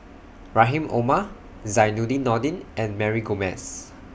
Rahim Omar Zainudin Nordin and Mary Gomes